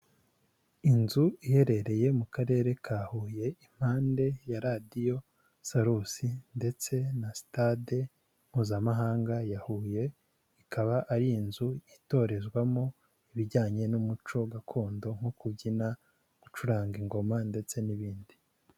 Inzu iherereye mu karere ka Huye impande ya radiyo Salus ndetse na Stade Mpuzamahanga ya Huye, ikaba ari inzu itorezwamo ibijyanye n'umuco gakondo nko kubyina, gucuranga ingoma ndetse n'ibindi.